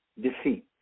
defeat